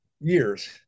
years